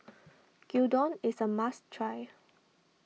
Gyudon is a must try